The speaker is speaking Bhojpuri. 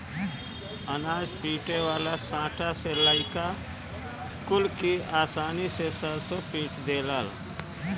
अनाज पीटे वाला सांटा से लईका कुल भी आसानी से सरसों पीट देलन